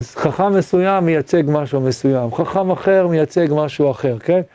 חכם מסוים מייצג משהו מסוים, חכם אחר מייצג משהו אחר, כן?